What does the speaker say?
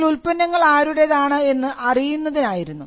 അല്ലെങ്കിൽ ഉൽപ്പന്നങ്ങൾ ആരുടേതാണ് എന്ന് അറിയുന്നതിനായിരുന്നു